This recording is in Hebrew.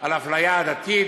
של אפליה עדתית,